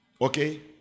okay